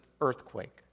earthquake